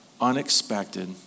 unexpected